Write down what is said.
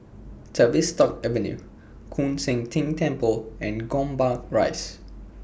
Tavistock Avenue Koon Seng Ting Temple and Gombak Rise